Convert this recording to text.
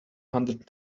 hundred